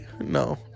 No